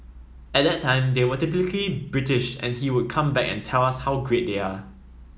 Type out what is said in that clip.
at that time they were typically British and he would come back and tell us how great they are